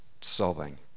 sobbing